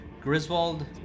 Griswold